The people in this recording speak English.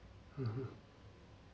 mmhmm